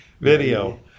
video